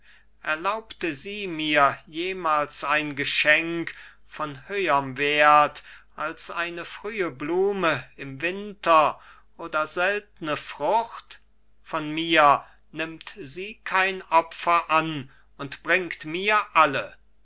erlaubte sie mir jemals ein geschenk von höherm wert als eine frühe blume im winter oder seltne frucht von mir nimmt sie kein opfer an und bringt mir alle